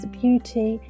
beauty